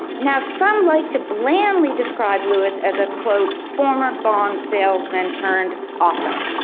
now some like to blandly describe lewis as a quote, former bond salesman turned author.